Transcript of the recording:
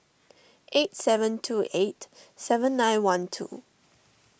eight seven two eight seven nine one two